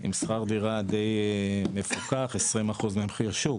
עם שכר דירה די מפוקח, 20% מהמחיר שוק,